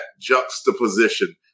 juxtaposition